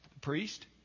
priest